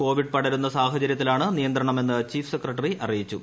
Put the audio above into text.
Covid പടരുന്ന സാഹചരൃത്തിലാണ് നിയന്ത്രണമെന്ന് ചീഫ് സെക്രട്ടറി അറിയിച്ചു